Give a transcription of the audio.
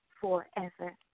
forever